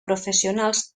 professionals